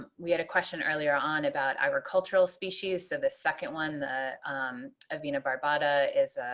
we had a question earlier on about agricultural species so the second one the avena barbata is